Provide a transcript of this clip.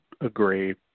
agree